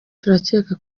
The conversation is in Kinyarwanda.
turakeka